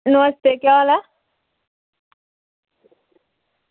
नमस्ते केह् हाल ऐ